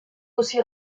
aussi